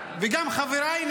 וגם חבריי,